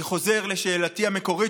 אני חוזר לשאלתי המקורית,